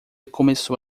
começou